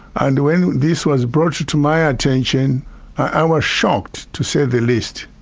and when this was brought to my attention i was shocked, to say the least.